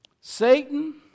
Satan